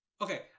Okay